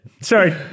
sorry